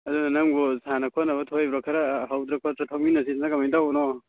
ꯑꯗꯨꯅ ꯅꯪꯕꯨ ꯁꯥꯟꯅ ꯈꯣꯠꯅꯕ ꯊꯣꯛꯏꯕ꯭ꯔꯣ ꯈꯔ ꯍꯧꯗꯅ ꯈꯣꯠꯇ ꯊꯣꯛꯃꯤꯟꯅꯁꯤꯗꯅ ꯀꯃꯥꯏꯅ ꯇꯧꯕꯅꯣ